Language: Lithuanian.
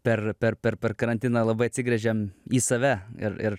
per per per per karantiną labai atsigręžėm į save ir ir